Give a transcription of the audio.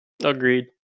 agreed